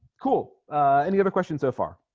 cool and you have a question so far